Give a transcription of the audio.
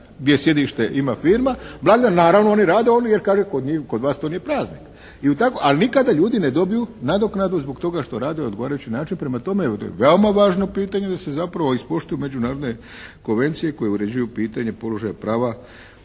gdje sjedište ima firma, blagdan, naravno oni rade, jer kažu kod vas to nije praznik, ali nikada ljudi ne dobiju nadoknadu zbog toga što rade na odgovarajući način. Prema tome ovo je veoma važno pitanje da se zapravo ispoštuju međunarodne konvencije koje uređuju pitanje položaja prava